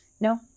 No